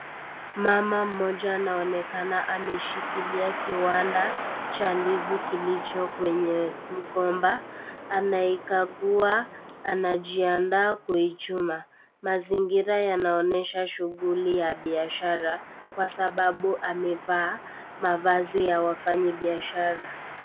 Mama mmoja anaonekana ameshikilia kiwanda cha ndizi kilicho kwenye mgomba, anaikagua, anajiandaa kuichuna. Mazingira yanaonyesha shughuli ya biashara , kwasababu amevaa mavazi ya wafanyi biashara .